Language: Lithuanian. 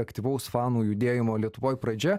aktyvaus fanų judėjimo lietuvoj pradžia